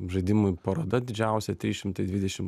žaidimų paroda didžiausia trys šimtai dvidešim